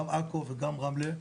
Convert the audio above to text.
גם בעכו וגם ברמלה,